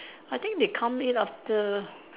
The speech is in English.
I think they come in after